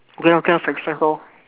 okay lor okay lor french fries lor